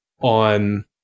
on